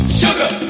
sugar